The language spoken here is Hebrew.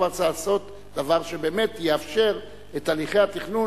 כבר צריך לעשות דבר שבאמת יאפשר את הליכי התכנון